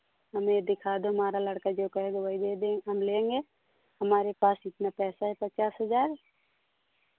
हमें दिखा दो हमारा लड़का जो कहेगा वही दे दें हम लेंगे हमारे पास इतना पैसा है पचास हज़ार